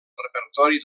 repertori